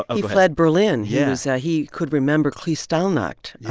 ah he fled berlin. yeah so he could remember kristallnacht. yeah